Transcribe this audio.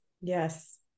Yes